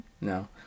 No